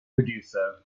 producer